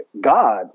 God